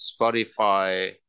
Spotify